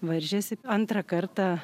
varžėsi antrą kartą